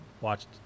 watched